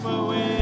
away